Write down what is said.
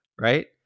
right